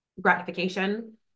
gratification